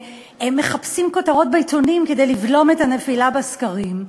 ומחפשים כותרות בעיתונים כדי לבלום את הנפילה בסקרים,